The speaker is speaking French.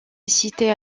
assisté